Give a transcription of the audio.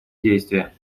действия